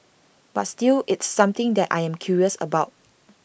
but still it's something that I am curious about